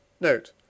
Note